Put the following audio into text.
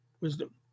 wisdom